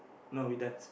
no we dance